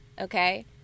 Okay